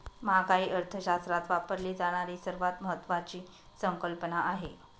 महागाई अर्थशास्त्रात वापरली जाणारी सर्वात महत्वाची संकल्पना आहे